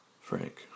Frank